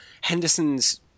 Henderson's